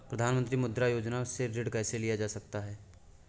प्रधानमंत्री मुद्रा योजना से ऋण कैसे लिया जा सकता है?